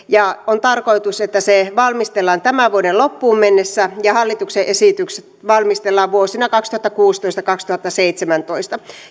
ja on tarkoitus että se valmistellaan tämän vuoden loppuun mennessä ja hallituksen esitykset valmistellaan vuosina kaksituhattakuusitoista viiva kaksituhattaseitsemäntoista